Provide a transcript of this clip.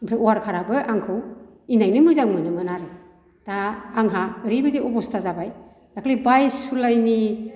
ओमफ्राय वारकारआबो आंखौ इनायनो मोजां मोनोमोन आरो दा आंहा ओरैबायदि अबस्था जाबाय दाखालै बाइस जुलाइनि